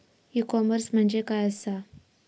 E commerce म्हणजे काय असा?